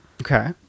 Okay